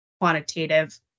quantitative